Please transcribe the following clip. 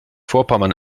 vorpommern